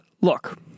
look